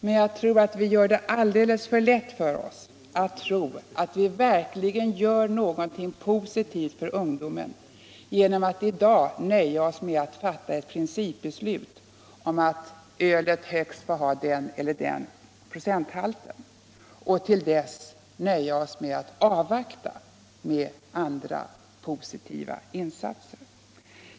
Men jag tror att vi gör det alldeles för lätt för oss om vi tror att vi verkligen gör någonting positivt för ungdomen genom att i dag nöja oss med att fatta ett principbeslut om att ölet får ha högst den eller den procenthalten och sedan avvakta med att vidta andra positiva insatser.